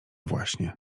właśnie